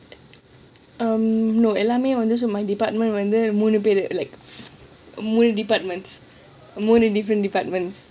um no எல்லாமே ஒன்னு:ellame onnu my department மூணு பேரு:moonu pearu among different departments